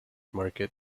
market